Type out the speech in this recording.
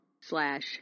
slash